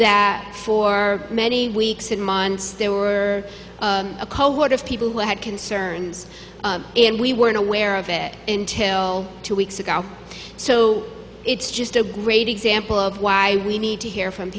that for many weeks and months there were a cohort of people who had concerns and we weren't aware of it until two weeks ago so it's just a great example of why we need to hear from